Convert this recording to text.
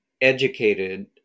educated